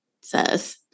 says